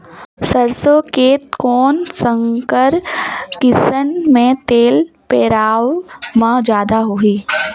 सरसो के कौन संकर किसम मे तेल पेरावाय म जादा होही?